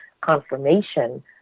confirmation